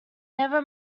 never